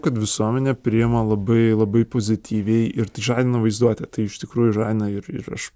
kad visuomenė priima labai labai pozityviai ir tai žadina vaizduotę tai iš tikrųjų žadina ir ir aš